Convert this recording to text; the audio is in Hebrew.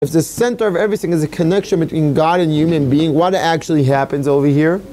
אם המרכז של הכל זה היחס בין ה' לאדם, מה קורה באמת פה?